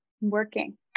working